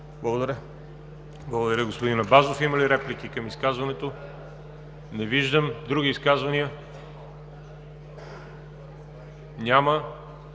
Благодаря Ви, господин Абазов. Има ли реплики към изказването? Не виждам. Други изказвания? Няма.